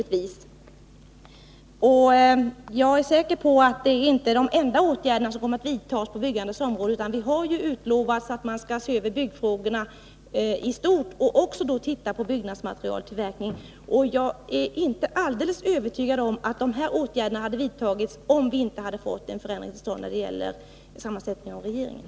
Jag är säker på att det inte är de enda åtgärder som kommer att vidtas på byggandets område. Det har ju utlovats att man skall se över byggfrågorna i stort och också titta på byggnadsmaterialtillverkningen. Däremot är jag inte alls övertygad om att de här åtgärderna hade vidtagits, om vi inte hade fått en förändring till stånd när det gäller sammansättningen av regeringen.